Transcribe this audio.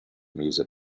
music